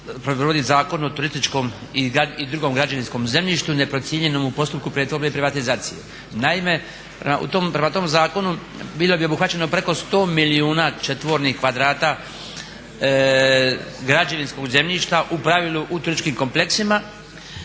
Zakon o turističkom i drugom građevinskom zemljištu neprocijenjenom u postupku pretvorbe i privatizacije. Naime, prema tom zakonu bilo bi obuhvaćeno preko 100 milijuna četvornih kvadrata građevinskog zemljišta u pravilu u turističkim kompleksima